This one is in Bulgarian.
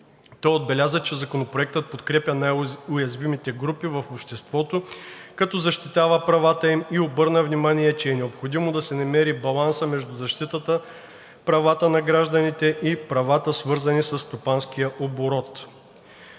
Той отбеляза, че Законопроектът подкрепя най-уязвимите групи в обществото, като защитава правата им и обърна внимание, че е необходимо да се намери балансът между защитата правата на гражданите и правата, свързани със стопанския оборот.